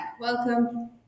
Welcome